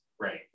Right